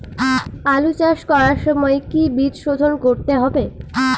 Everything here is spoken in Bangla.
আলু চাষ করার সময় কি বীজ শোধন করতে হবে?